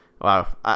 wow